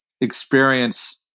experience